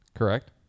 Correct